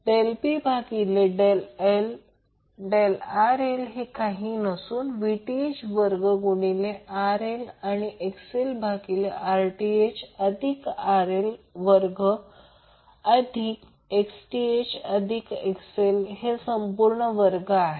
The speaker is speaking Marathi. Del P भागिले Del RL हे काही नसून Vth वर्ग गुणिले RL गुणिले XL भागिले Rth अधिक RL वर्ग अधिक Xth अधिक XL वर्ग संपूर्ण वर्ग आहे